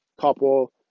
couple